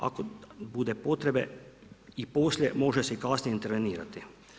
Ako bude potrebe i poslije, može se kasnije intervenirati.